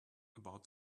about